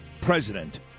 president